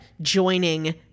joining